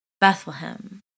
Bethlehem